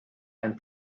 and